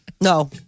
No